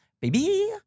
Baby